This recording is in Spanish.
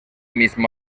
mismo